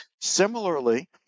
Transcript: Similarly